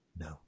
No